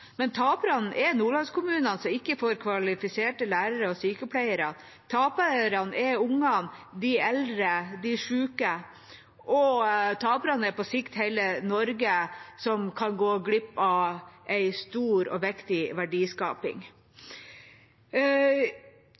Men taperne er nordlandskommunene, som ikke får kvalifiserte lærere og sykepleiere. Taperne er ungene, de eldre og de syke. Og taperne er på sikt hele Norge, som kan gå glipp av en stor og viktig verdiskaping.